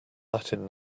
latin